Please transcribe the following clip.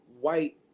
White